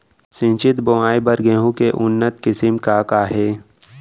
सिंचित बोआई बर गेहूँ के उन्नत किसिम का का हे??